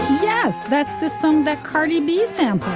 yes. that's the song that cardi b is tampa